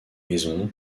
maison